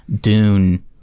Dune